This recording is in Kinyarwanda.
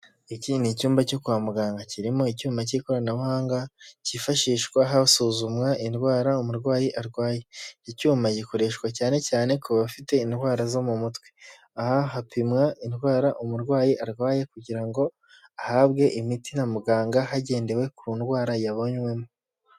Iki ni icyumba cyo kwa muganga kirimo icyuma cy'ikoranabuhanga kifashishwa hasuzumwa indwara umurwayi arwaye. Iki cyuma gikoreshwa cyane cyane ku bafite indwara zo mu mutwe. Aha hapimwa indwara umurwayi arwaye kugira ngo ahabwe imiti na muganga hagendewe ku ndwara yabonywemo.